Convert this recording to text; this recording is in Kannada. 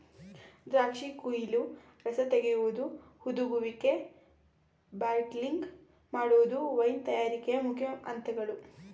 ದ್ರಾಕ್ಷಿ ಕುಯಿಲು, ರಸ ತೆಗೆಯುವುದು, ಹುದುಗುವಿಕೆ, ಬಾಟ್ಲಿಂಗ್ ಮಾಡುವುದು ವೈನ್ ತಯಾರಿಕೆಯ ಮುಖ್ಯ ಅಂತಗಳು